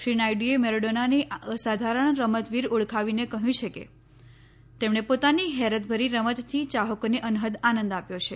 શ્રી નાયડુએ મેરાડોનાને અસાધારણ રમતવીર ઓળખાવીને કહ્યું છે કે તેમણે પોતાની હેરતભરી રમતથી યાહકોને અનહદ આનંદ આપ્યો છે